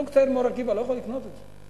זוג צעיר מאור-עקיבא לא יכול לקנות את זה.